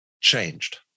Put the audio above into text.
changed